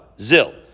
zil